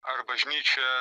ar bažnyčia